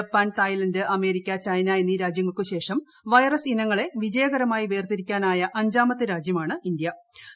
Japan Thailand അമേരിക്ക China എന്നീ രാജൃങ്ങൾക്കു ശേഷം വൈറസ് ഇനങ്ങളെ വിജയകരമായി വേർതിരിക്കാനായ അഞ്ചാമത്തെ രാജ്യമാണ് ഇന്തൃ